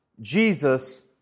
Jesus